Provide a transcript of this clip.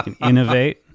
Innovate